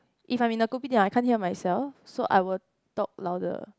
if I'm the kopitiam I can't hear myself so I will talk louder